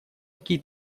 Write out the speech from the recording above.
какие